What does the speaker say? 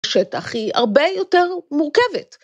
שטח היא הרבה יותר מורכבת.